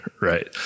Right